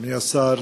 אדוני השר,